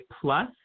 plus